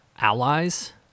allies